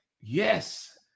yes